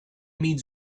means